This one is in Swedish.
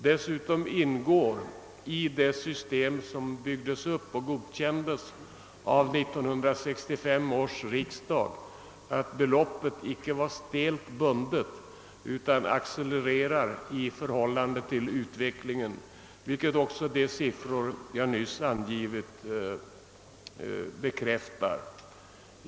Dessutom ingår i det system som byggdes upp och godkändes av 1965 års riksdag den regeln, att beloppet inte skall vara stelt bundet utan accelerera i förhållande till utvecklingen, vilket också de nyss angivna siffrorna bekräftar.